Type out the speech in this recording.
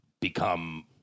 become